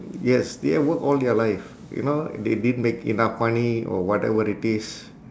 yes they've work all their life you know they didn't make enough money or whatever it is